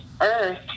earth